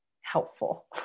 helpful